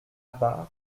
part